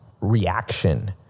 reaction